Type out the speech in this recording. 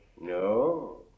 No